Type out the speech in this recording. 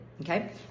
okay